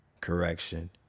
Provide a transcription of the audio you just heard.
Correction